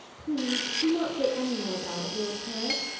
please do not say any more about it, lord carrick.